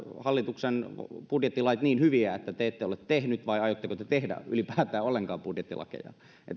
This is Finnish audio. hallituksen budjettilait niin hyviä että te ette ole niitä tehneet vai aiotteko te ylipäätään ollenkaan tehdä budjettilakeja